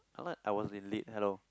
I like I was in Lit hello